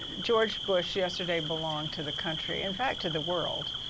george bush yesterday belonged to the country. in fact, to the world.